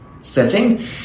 setting